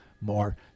more